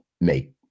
make